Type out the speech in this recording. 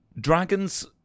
dragons